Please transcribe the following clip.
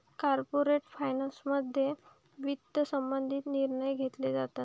corporate फायनान्समध्ये वित्त संबंधित निर्णय घेतले जातात